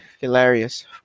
Hilarious